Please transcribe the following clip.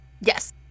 Yes